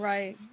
Right